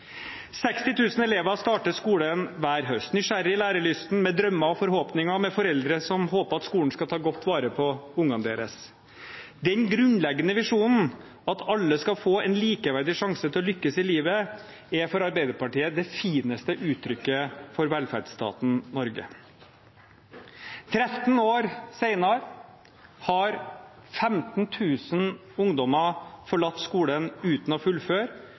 000 elever starter på skolen hver høst – nysgjerrige, lærelystne, med drømmer og forhåpninger, med foreldre som håper at skolen skal ta godt vare på ungene deres. Den grunnleggende visjonen, at alle skal få en likeverdig sjanse til å lykkes i livet, er for Arbeiderpartiet det fineste uttrykket for velferdsstaten Norge. 13 år senere har 15 000 ungdommer forlatt skolen uten å